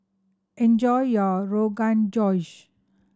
enjoy your Rogan Josh